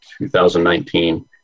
2019